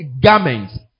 garments